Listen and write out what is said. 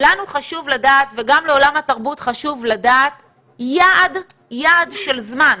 לנו חשוב לדעת וגם לעולם התרבות חשוב לדעת יעד של זמן.